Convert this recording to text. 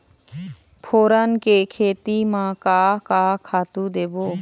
फोरन के खेती म का का खातू देबो?